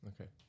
Okay